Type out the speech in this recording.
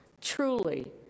truly